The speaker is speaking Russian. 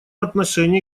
отношении